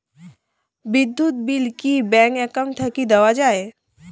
বিদ্যুৎ বিল কি bank account থাকি দেওয়া য়ায়?